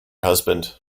husband